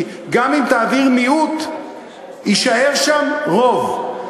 כי גם אם תעביר מיעוט יישאר שם רוב.